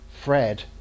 Fred